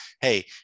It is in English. hey